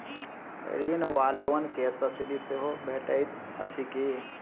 ऋण वा लोन केँ सब्सिडी सेहो भेटइत अछि की?